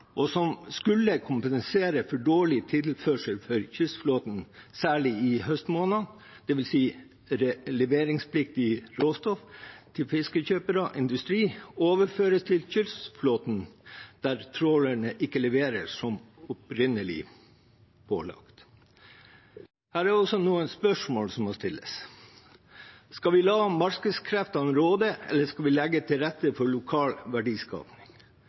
og som skulle kompensere for dårlig tilførsel fra kystflåten, særlig i høstmånedene, dvs. leveringspliktig råstoff til fiskekjøpere/-industri, overføres til kystflåten der trålerne ikke leverer som opprinnelig pålagt. Her er også noen spørsmål som må stilles. Skal vi la markedskreftene råde, eller skal vi legge til rette for lokal